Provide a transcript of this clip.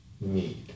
need